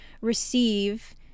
receive